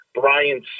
brian